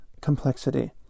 complexity